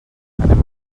anem